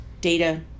data